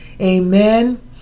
Amen